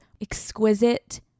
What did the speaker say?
exquisite